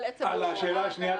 השאלה השנייה היא